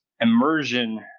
immersion